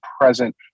present